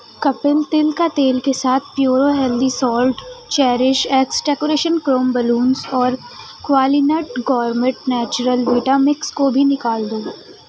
کپل تل کا تیل کے ساتھ Puro healthy salt Cherish X decoration chrome balloons اور کوالینٹ گورمیٹ نیچرل ویٹا مکس کو بھی نکال دو